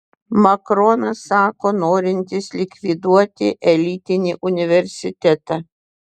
makronas sako norintis likviduoti elitinį universitetą